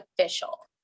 official